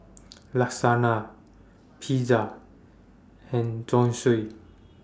Lasagna Pizza and Zosui